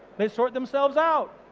they sort themselves out.